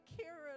Karen